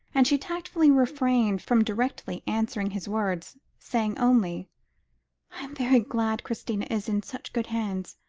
and she tactfully refrained from directly answering his words, saying only i am very glad christina is in such good hands.